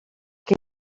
que